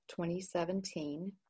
2017